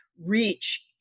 reach